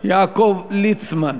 יעקב ליצמן.